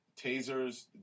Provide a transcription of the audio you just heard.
Tasers